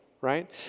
right